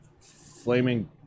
Flaming